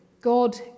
God